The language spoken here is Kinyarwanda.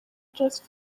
just